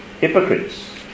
hypocrites